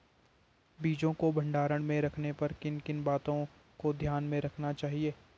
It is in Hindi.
बीजों को भंडारण में रखने पर किन किन बातों को ध्यान में रखना चाहिए?